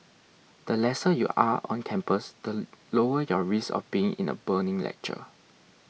the lesser you are on campus the lower your risk of being in a burning lecture